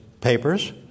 papers